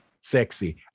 sexy